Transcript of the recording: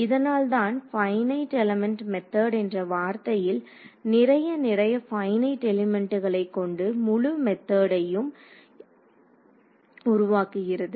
இதனால்தான் finite element method என்ற வார்த்தையில் நிறைய நிறைய பைனட் எலிமெண்ட்டுகளைக் கொண்டு முழு மெத்தேடையும் உருவாக்குகிறது